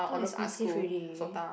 too expensive already